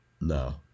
No